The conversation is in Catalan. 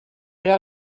era